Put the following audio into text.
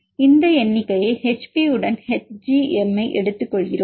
இந்த எண்ணிக்கையை Hp உடன் Hgm ஐ எடுத்துக்கொள்கிறோம்